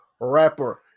rapper